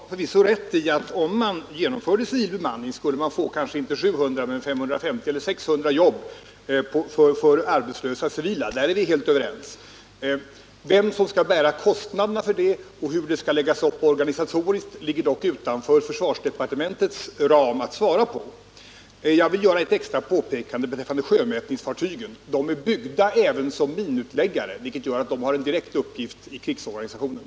Herr talman! Birger Rosqvist har förvisso rätt i att om man genomför civil bemanning skulle man få, inte 700 men kanske 600 jobb för arbetslösa civila. Där är vi helt överens. Vem som skall bära kostnaderna för detta och hur det skall läggas upp organisatoriskt ligger dock utanför försvarsdepartementets ram att svara på. Jag vill göra ett extra påpekande beträffande sjömätningsfartygen. De är byggda även såsom minutläggare, vilket gör att de har en direkt uppgift i krigsorganisationen.